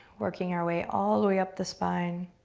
working our way all the way up the spine,